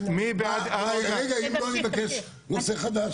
אני מבקש נושא חדש.